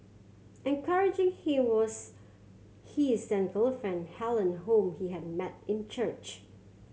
encouraging him was he is then girlfriend Helen whom he had met in church